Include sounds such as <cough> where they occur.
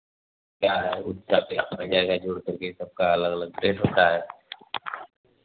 क्या है उसका प्राइस <unintelligible> जोड़ करके यह सबका अलग अलग रेट होता है